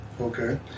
okay